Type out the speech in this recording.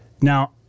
Now